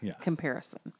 comparison